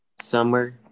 Summer